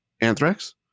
Anthrax